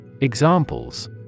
Examples